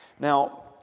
Now